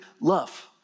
love